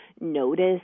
notice